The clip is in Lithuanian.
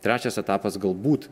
trečias etapas galbūt